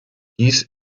dies